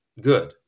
good